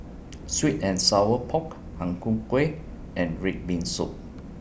Sweet and Sour Pork Ang Ku Kueh and Red Bean Soup